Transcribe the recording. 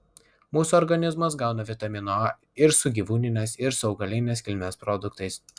mūsų organizmas gauna vitamino a ir su gyvūninės ir su augalinės kilmės produktais